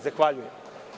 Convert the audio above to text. Zahvaljujem.